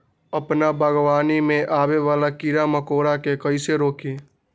अपना बागवानी में आबे वाला किरा मकोरा के कईसे रोकी?